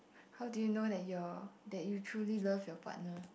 how do you know that your that you truly love your partner